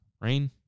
Rain